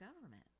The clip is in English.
government